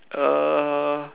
uh